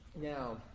now